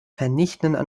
vernichtenden